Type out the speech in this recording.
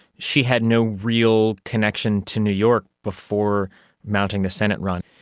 she had no real connection to new york before mounting the senate run.